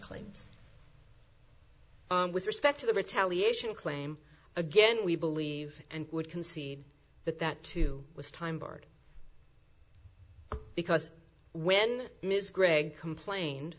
claims with respect to the retaliation claim again we believe and would concede that that too was time barred because when ms gregg complained